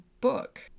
book